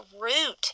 root